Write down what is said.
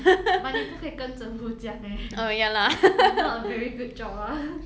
but 你不可以跟政府讲 eh it's not a very good job ah